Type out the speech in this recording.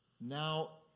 now